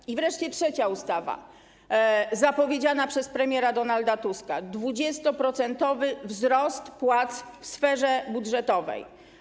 I wreszcie trzecia ustawa, zapowiedziana przez premiera Donalda Tuska - 20-procentowy wzrost płac w sferze budżetowej.